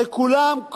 הרי כולם,